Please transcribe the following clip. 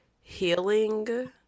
healing